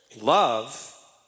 love